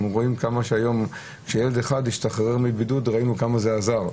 אנחנו אומרים שכמה שהיום ילד אחד השתחרר מבידוד ראינו כמה זה עזר.